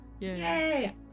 Yay